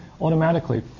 automatically